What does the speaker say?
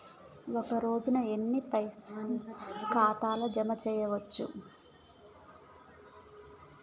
ఒక రోజుల ఎన్ని పైసల్ ఖాతా ల జమ చేయచ్చు?